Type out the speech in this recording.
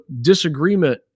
disagreement